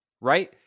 Right